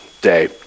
day